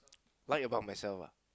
like about myself ah